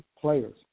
players